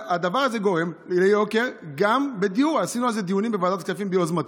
הדבר הזה גורם ליוקר גם בדיור, ליוקר המחיה